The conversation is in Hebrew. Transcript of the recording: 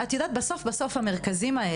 בסוף,